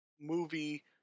movie